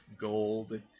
gold